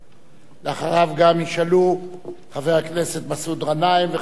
אחריו גם ישאלו חבר הכנסת מסעוד גנאים וחבר הכנסת בן-ארי.